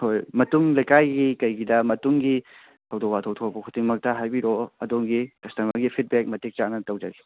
ꯍꯣꯏ ꯃꯇꯨꯡ ꯂꯩꯀꯥꯏꯒꯤ ꯀꯩꯒꯤꯗ ꯃꯇꯨꯡꯒꯤ ꯊꯧꯗꯣꯛ ꯋꯥꯊꯣꯛ ꯈꯨꯗꯤꯡꯃꯛꯇ ꯍꯥꯏꯕꯤꯔꯛꯑꯣ ꯑꯗꯣꯝꯒꯤ ꯀꯁꯇꯃꯔꯒꯤ ꯐꯤꯠꯕꯦꯛ ꯃꯇꯤꯛ ꯃꯆꯥ ꯇꯧꯖꯒꯦ